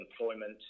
employment